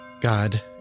God